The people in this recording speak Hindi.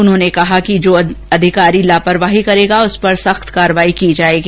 उन्होंने कहा कि अधिकारी लापरवाही करेगा उस पर सख्त कार्रवाई होगी